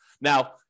Now